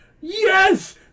Yes